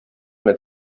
mehr